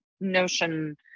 notion